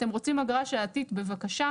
אתם רוצים אגרה שעתית - בבקשה.